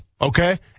okay